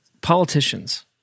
politicians